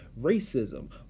racism